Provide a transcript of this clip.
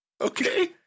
Okay